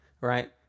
right